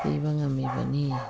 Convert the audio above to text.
ꯄꯤꯕ ꯉꯝꯃꯤꯕꯅꯤ